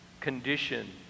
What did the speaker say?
condition